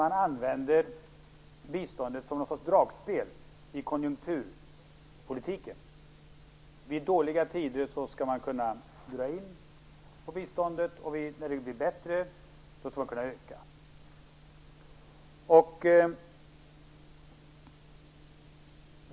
Man använder biståndet som någon sorts dragspel i konjunkturpolitiken. Vid dåliga tider skall man kunna dra in på biståndet, och när det blir bättre skall man kunna öka det.